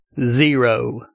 zero